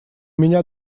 меня